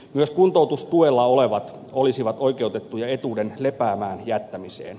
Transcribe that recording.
myös kuntoutustuella olevat olisivat oikeutettuja etuuden lepäämään jättämiseen